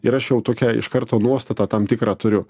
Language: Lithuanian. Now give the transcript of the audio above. ir aš jau tokią iš karto nuostatą tam tikrą turiu